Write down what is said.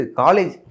college